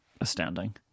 astounding